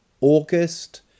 August